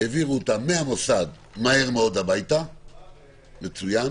העבירו אותם מהמוסד מהר מאוד הביתה מצוין,